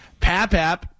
Papap